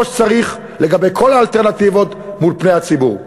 שצריך לגבי כל האלטרנטיבות מול פני הציבור.